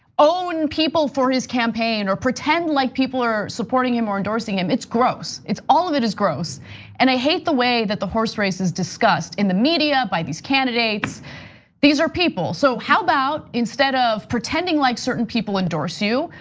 own people for his campaign or pretend like people are supporting him or endorsing him. it's gross it's all of it is gross and i hate the way that the horse race is discussed in the media by these candidates these are people so how about instead of pretending like certain people endorse you?